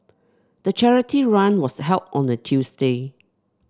the charity run was held on a Tuesday